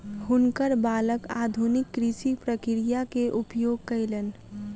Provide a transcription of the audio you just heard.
हुनकर बालक आधुनिक कृषि प्रक्रिया के उपयोग कयलैन